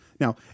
Now